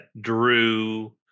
drew